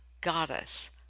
Goddess